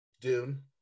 Dune